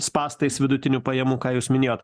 spąstais vidutinių pajamų ką jūs minėjot